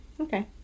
Okay